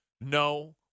no